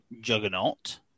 Juggernaut